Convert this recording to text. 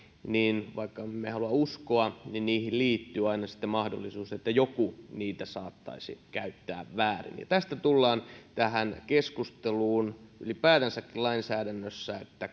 vaikka emme halua uskoa niin niihin liittyy aina sitten mahdollisuus että joku niitä saattaisi käyttää väärin tästä tullaan tähän keskusteluun ylipäätänsäkin lainsäädännössä